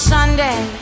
Sunday